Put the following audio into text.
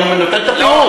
אני לא אחראי לצבא.